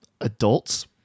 adults